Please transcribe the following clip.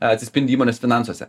atsispindi įmonės finansuose